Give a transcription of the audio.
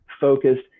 focused